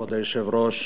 כבוד היושב-ראש,